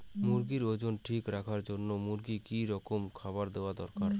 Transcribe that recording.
মুরগির ওজন ঠিক রাখবার জইন্যে মূর্গিক কি রকম খাবার দেওয়া দরকার?